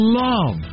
love